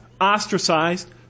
ostracized